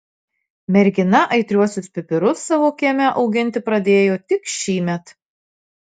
mergina aitriuosius pipirus savo kieme auginti pradėjo tik šįmet